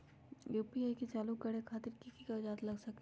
UPI के चालु करे खातीर कि की कागज़ात लग सकेला?